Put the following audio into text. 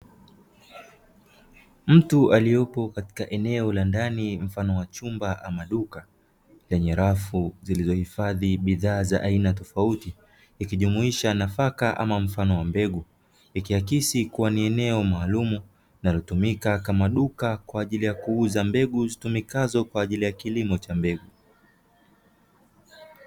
Mtu aliopo katika eneo la ndani mfano wa chumba ama duka; lenye rafu zilizohifadhi bidhaa za aina tofauti ikijumuisha nafaka ama mfano wa mbegu. Ikiakisi kuwa ni eneo maalumu na lutumika kama duka kwa ajili ya kuuza mbegu zitumikazo kwa ajili ya kilimo cha mbegu.